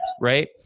Right